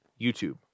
YouTube